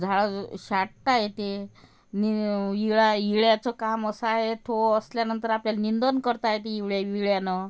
झाडाजू साठता येते नीव विळ्या विळ्याचं काम असं आहे तो असल्यानंतर आपल्याला निंदण करता येते ईळ्या विळ्यानं